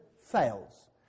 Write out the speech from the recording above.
fails